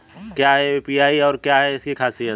क्या है यू.पी.आई और क्या है इसकी खासियत?